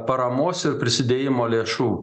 paramos ir prisidėjimo lėšų